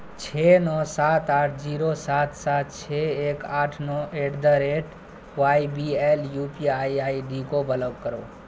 چھ نو سات آٹھ زیرو سات سات چھ ایک آٹھ نو at the rate Y B L U P I I D کو بلاک کرو